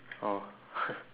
oh